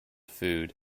food